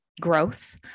growth